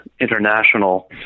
international